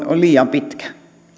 on liian pitkään